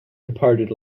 departed